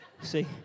See